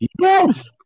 Yes